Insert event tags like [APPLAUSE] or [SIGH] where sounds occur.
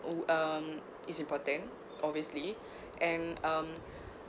oh um it's important obviously [BREATH] and um